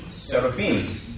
Seraphim